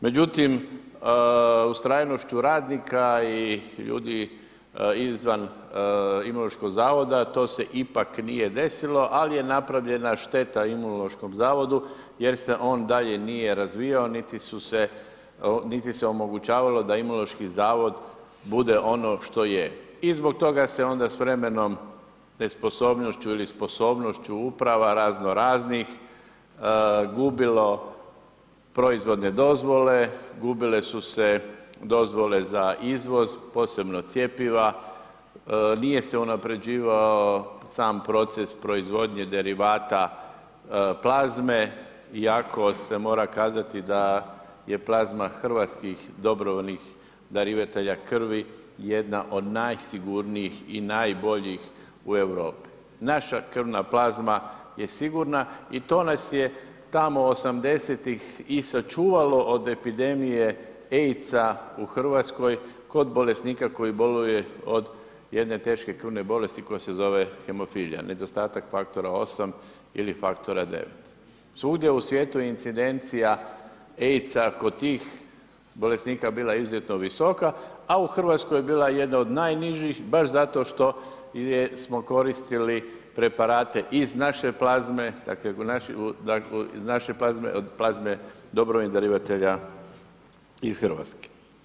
Međutim, ustrajnošću radnika i ljudi izvan Imunološkog zavoda to se ipak nije desilo, ali je napravljena šteta Imunološkom zavodu jer se on dalje nije razvijao, niti se omogućavalo da Imunološki zavod bude ono što je i zbog toga se onda s vremenom nesposobnošću ili sposobnošću uprava razno raznih gubilo proizvodne dozvole, gubile su se dozvole za izvoz, posebno cjepiva, nije se unapređivao sam proces proizvodnje derivata plazme, iako se mora kazati da je plazma hrvatskih dobrovoljnih darivatelja krvi jedna od najsigurnijih i najboljih u Europi, naša krvna plazma je sigurna i to nas je tamo '80ih i sačuvalo od epidemije AIDS-a u Hrvatskoj kod bolesnika koji boluje od jedne teške krvne bolesti koja se zove hemofilija, nedostatak faktora 8 ili faktora 9. Svugdje u svijetu je incidencija AIDS-a kod tih bolesnika bila izuzetno visoka, a u Hrvatskoj je bila jedna od najnižih baš zato što smo koristili preparate iz naše plazme, dakle iz naše plazme, od plazme dobrovoljnih darivatelja iz Hrvatske.